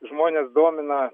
žmones domina